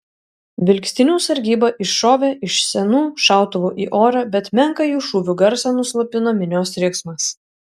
vilkstinių sargyba iššovė iš senų šautuvų į orą bet menką jų šūvių garsą nuslopino minios riksmas